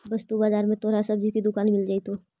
वस्तु बाजार में तोहरा सब्जी की दुकान मिल जाएतो